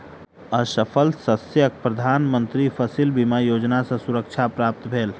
असफल शस्यक प्रधान मंत्री फसिल बीमा योजना सॅ सुरक्षा प्राप्त भेल